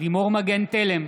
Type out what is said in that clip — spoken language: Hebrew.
לימור מגן תלם,